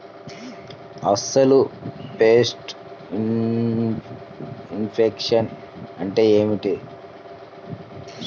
అసలు pest infection అంటే ఏమిటి?